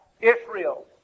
Israel